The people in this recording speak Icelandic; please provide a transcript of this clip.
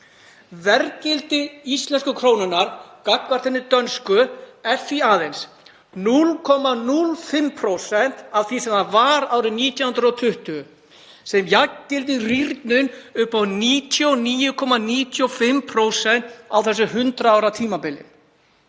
Verðgildi íslensku krónunnar gagnvart hinni dönsku er því aðeins 0,05% af því sem það var árið 1920, sem jafngildir rýrnun upp á 99,95% á þessu 100 ára tímabili.